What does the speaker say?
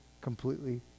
completely